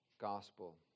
Gospel